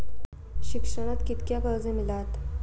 शिक्षणाक कीतक्या कर्ज मिलात?